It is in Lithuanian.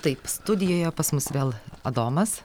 taip studijoje pas mus vėl adomas